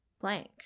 blank